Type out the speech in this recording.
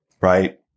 right